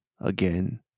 again